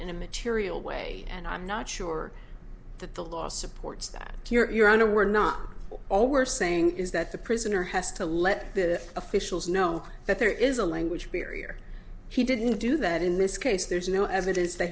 in a material way and i'm not sure that the law supports that you're unaware not all we're saying is that the prisoner has to let the officials know that there is a language barrier he didn't do that in this case there's no evidence that